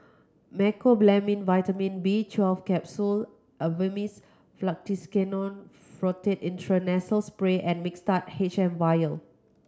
Mecobalamin Vitamin B twelve Capsule Avamys Fluticasone Furoate Intranasal Spray and Mixtard H M Vial